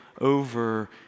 over